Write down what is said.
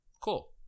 Cool